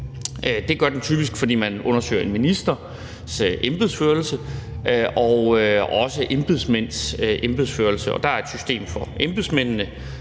Det gør den typisk, fordi man undersøger en ministers embedsførelse og også embedsmænds embedsførelse. Der er et system for embedsmændene.